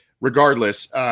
regardless